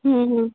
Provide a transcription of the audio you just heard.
ಹ್ಞೂ ಹ್ಞೂ